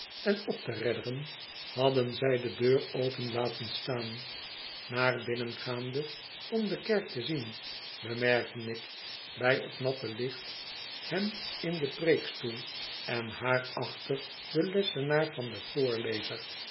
en op te redderen hadden zij de deur open laten staan naar binnengaande om de kerk te zien bemerkte ik bij t matte licht hem in den preekstoel en haar achter den lessenaar van den voorlezer